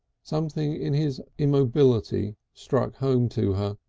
something in his immobility struck home to her.